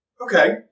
Okay